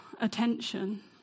attention